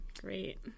great